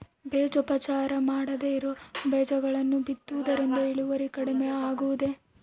ಬೇಜೋಪಚಾರ ಮಾಡದೇ ಇರೋ ಬೇಜಗಳನ್ನು ಬಿತ್ತುವುದರಿಂದ ಇಳುವರಿ ಕಡಿಮೆ ಆಗುವುದೇ?